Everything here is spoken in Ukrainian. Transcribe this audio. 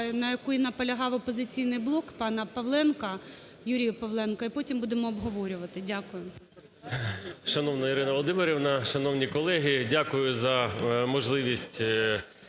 на якій наполягав "Опозиційний блок", пана Павленка, Юрія Павленка. І потім будемо обговорювати. Дякую.